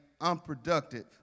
unproductive